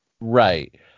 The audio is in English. Right